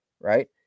right